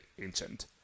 ancient